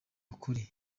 ukuri